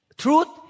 truth